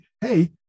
hey